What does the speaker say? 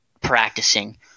practicing